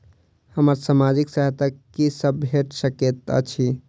हमरा सामाजिक सहायता की सब भेट सकैत अछि?